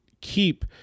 keep